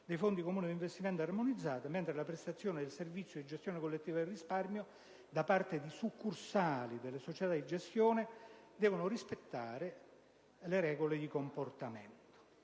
dei fondi comuni di investimento armonizzati, mentre la prestazione del servizio di gestione collettiva del risparmio in Italia da parte di succursali delle società di gestione armonizzate rispetti le regole di comportamento